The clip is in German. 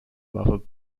waffe